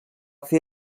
fer